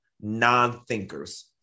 non-thinkers